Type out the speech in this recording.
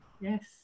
Yes